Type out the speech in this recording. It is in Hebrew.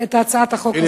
את הצעת החוק הזאת.